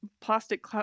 plastic